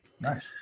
Nice